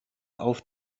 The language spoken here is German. auf